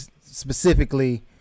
specifically